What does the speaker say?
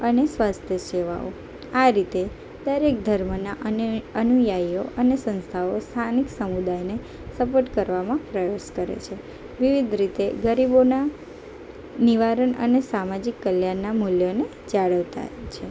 અને સ્વાસ્થ્ય સેવાઓ આ રીતે દરેક ધર્મના અનેક અનુયાયીઓ અને સંસ્થાઓ સ્થાનિક સમુદાયને સપોર્ટ કરવામાં પ્રયાસ કરે છે વિવિધ રીતે ગરીબોના નિવારણ અને સામાજિક કલ્યાણના મૂલ્યોને જાળવતા છે